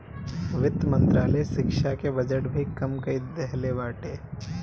वित्त मंत्रालय शिक्षा के बजट भी कम कई देहले बाटे